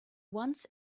once